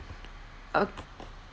okay